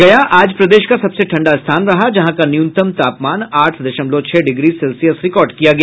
गया आज प्रदेश का सबसे ठंडा स्थान रहा जहां का न्यूनतम तापमान आठ दशमलव छह डिग्री सेल्सियस रिकॉर्ड किया गया